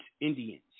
Indians